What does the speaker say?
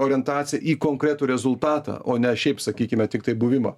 ne orientacija į konkretų rezultatą o ne šiaip sakykime tiktai buvimą